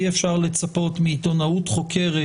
אי אפשר לצפות מעיתונאות חוקרת,